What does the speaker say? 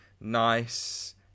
nice